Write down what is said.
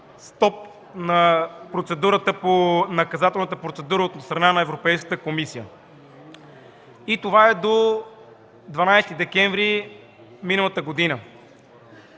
стоп на наказателната процедура от страна на Европейската комисия, и това е до 12 декември миналата година.